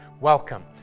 welcome